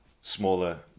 smaller